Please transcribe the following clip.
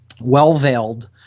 well-veiled